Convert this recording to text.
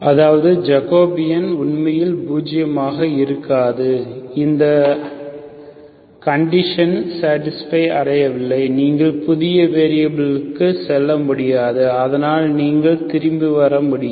அதாவது ஜக்கோபியன் உண்மையில் பூஜ்ஜியமாக இருக்கும் இந்த கண்டிஷன் சடிஸ்பி அடையவில்லை நீங்கள் புதிய வெரியபில் களுக்கு செல்ல முடியாது இதனால் நீங்கள் திரும்பி வர முடியும்